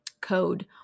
Code